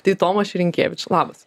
tai tomaš rynkevič labas